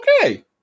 okay